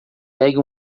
pegue